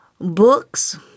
books